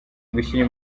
gushyira